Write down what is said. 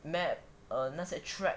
map err 那些 track